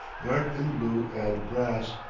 garbed in blue and brass,